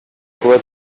kuba